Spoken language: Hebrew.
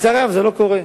לצערי הרב, זה לא קורה.